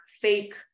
fake